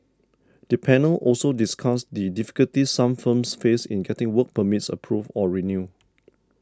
the panel also discussed the difficulties some firms faced in getting work permits approved or renewed